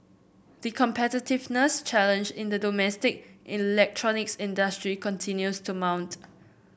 the competitiveness challenge in the domestic electronics industry continues to mount